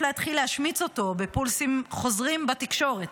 יש להתחיל להשמיץ אותו בפולסים חוזרים בתקשורת: